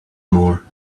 more